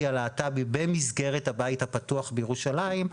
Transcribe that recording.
הלהט"בית במסגרת הבית הפתוח בירושלים,